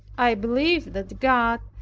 i believe that god,